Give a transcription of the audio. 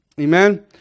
Amen